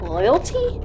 Loyalty